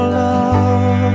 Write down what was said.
love